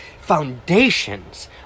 foundations